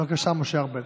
בבקשה, משה ארבל.